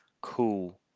Cool